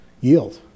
yield